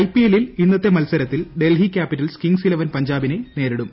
ഐപിഎല്ലിൽ ഇന്നത്തെ മത്സരത്തിൽ Delhi capitals kings eleven പഞ്ചാബിനെ നേരിടും